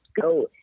go